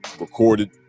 recorded